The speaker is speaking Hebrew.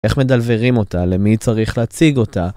איך מדלברים אותה? למי צריך להציג אותה?